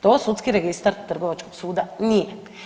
To Sudski registar Trgovačkog suda nije.